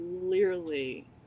clearly